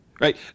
right